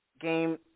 Game